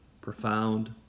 profound